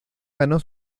ganó